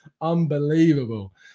unbelievable